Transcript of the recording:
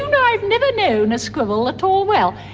i've never known a squirrel at all well,